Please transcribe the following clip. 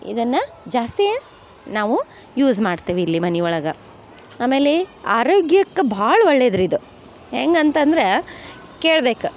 ಇದನ್ನ ಜಾಸ್ತಿ ನಾವು ಯೂಝ್ ಮಾಡ್ತಿವಿ ಇಲ್ಲಿ ಮನೆ ಒಳಗೆ ಆಮೇಲೆ ಆರೋಗ್ಯಕ್ಕೆ ಭಾಳ ಒಳ್ಳೆಯದು ರೀ ಇದು ಹೆಂಗೆ ಅಂತಂದ್ರ ಕೇಳ್ಬೇಕು